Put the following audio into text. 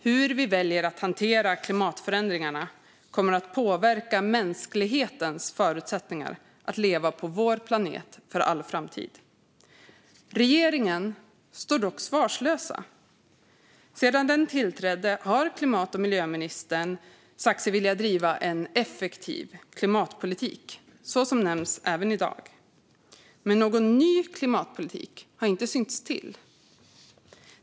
Hur vi väljer att hantera klimatförändringarna kommer att påverka mänsklighetens förutsättningar att leva på vår planet för all framtid. Regeringen står dock svarslös. Sedan den tillträdde har klimat och miljöministern sagt sig vilja driva en effektiv klimatpolitik, och det nämns även i dag. Men någon ny klimatpolitik har inte synts till.